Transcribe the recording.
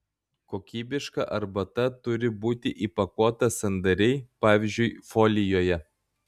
kokybiška arbata turi būti įpakuota sandariai pavyzdžiui folijoje